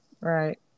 Right